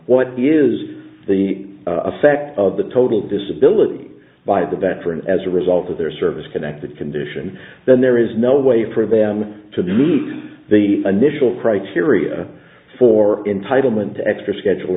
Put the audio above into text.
what is the effect of the total disability by the veterans as a result of their service connected condition then there is no way for them to meet the initial criteria for entitlement to extra schedule